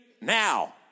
now